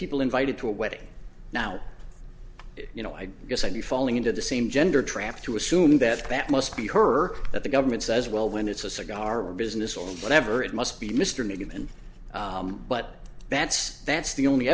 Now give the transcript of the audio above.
people invited to a wedding now you know i guess i'd be falling into the same gender trap to assume that that must be her that the government says well when it's a cigar or business or whatever it must be mr newman but that's that's the only